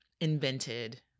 invented